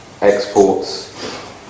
exports